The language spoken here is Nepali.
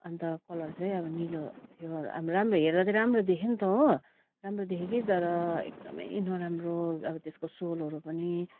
अन्त कलर चाहिँ अब निलो थियो अब राम्रो हेर्दा चाहिँ राम्रो देखेँ नि त हो राम्रो देखेँ कि तर एकदमै नराम्रो अब त्यसको सोलहरू पनि